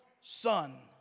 son